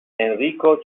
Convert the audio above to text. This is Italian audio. enrico